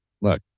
look